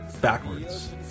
backwards